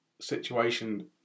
situation